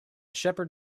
shepherd